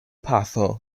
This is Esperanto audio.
pafo